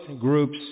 groups